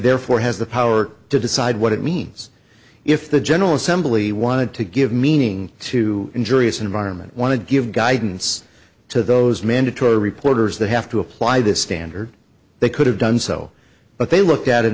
therefore has the power to decide what it means if the general assembly wanted to give meaning to injurious environment want to give guidance to those mandatory reporters they have to apply this standard they could have done so but they looked at it